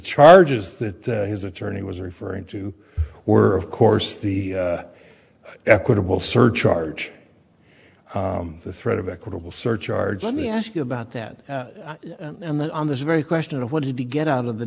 charges that his attorney was referring to were of course the equitable surcharge the threat of equitable surcharge let me ask you about that and then on this very question of what he to get out of the